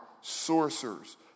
sorcerers